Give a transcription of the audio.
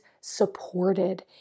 supported